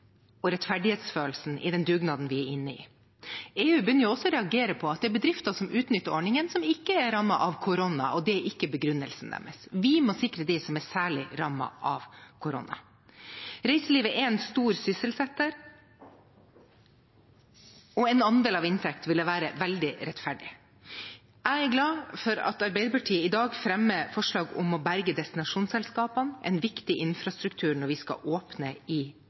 og rettferdighetsfølelsen i den dugnaden vi er inne i. EU begynner også å reagere på at det er bedrifter som utnytter ordningen, som ikke er rammet av korona, og det er ikke begrunnelsen deres. Vi må sikre dem som er særlig rammet av korona. Reiselivet er en stor sysselsetter, og en andel av inntekten ville være veldig rettferdig. Jeg er glad for at Arbeiderpartiet i dag fremmer forslag om å berge destinasjonsselskapene, en viktig infrastruktur når vi skal åpne